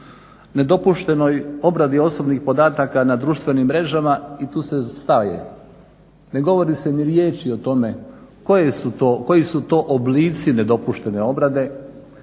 nedopuštenoj obradi osobnih podataka na društvenim mrežama i tu se staje. Ne govori se ni riječi o tome koji su to oblici nedopuštene obrade,